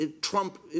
Trump